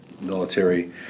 military